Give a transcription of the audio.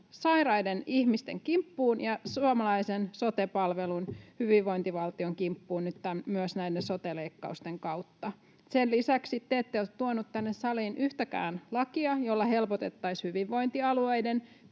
sairaiden ihmisten kimppuun ja suomalaisen sote-palvelun ja hyvinvointivaltion kimppuun nyt myös näiden sote-leikkausten kautta. Sen lisäksi te ette ole tuoneet tänne saliin yhtäkään lakia, jolla helpotettaisiin hyvinvointialueiden